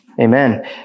Amen